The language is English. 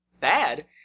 bad